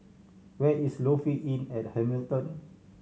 where is Lofi Inn at Hamilton